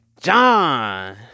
John